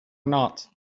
not